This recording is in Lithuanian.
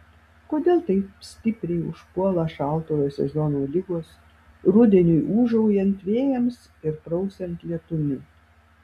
kodėl taip stipriai užpuola šaltojo sezono ligos rudeniui ūžaujant vėjams ir prausiant lietumi